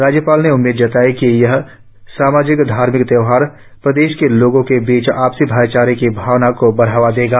राज्यपाल ने उम्मीद जताई कि यह सामाजिक धार्मिक त्योहार प्रदेश के लोगों के बीच आपसी भाईचारे की भावना को बढ़ावा देगा